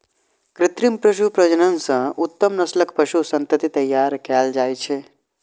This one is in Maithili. कृत्रिम पशु प्रजनन सं उत्तम नस्लक पशु संतति तैयार कएल जाइ छै